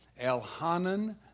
Elhanan